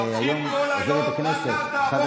הממשלה שהבטיחה שקט ויציבות הופכת להיות